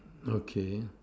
okay